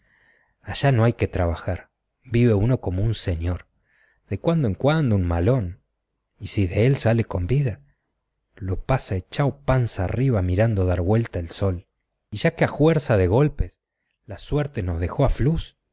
allá no hay que trabajar vive uno como un señor de cuando en cuando un malón y si de él sale con vida lo pasa echao panza arriba mirando dar güelta el sol y ya que a juerza de golpes la suerte nos dejó aflús